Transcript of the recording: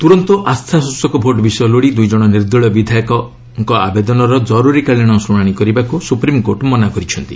ତୁରନ୍ତ ଆସ୍ଥାସ୍ଟଚକ ଭୋଟ୍ ବିଷୟ ଲୋଡ଼ି ଦୁଇ ଜଣ ନିର୍ଦଳୀୟ ବିଧାୟକଙ୍କ ଆବେଦନର ଜର୍ତରୀକାଳୀନ ଶ୍ରଶାଣି କରିବାକୃ ସୁପ୍ରିମ୍କୋର୍ଟ ମନା କରିଛନ୍ତି